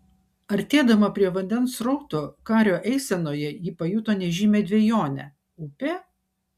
artėdama prie vandens srauto kario eisenoje ji pajuto nežymią dvejonę upė